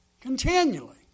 Continually